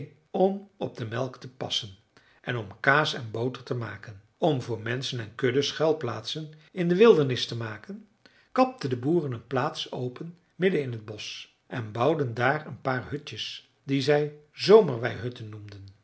om op de melk te passen en om kaas en boter te maken om voor menschen en kudden schuilplaatsen in de wildernis te maken kapten de boeren een plaats open midden in t bosch en bouwden daar een paar hutjes die zij zomerweihutten noemden